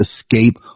escape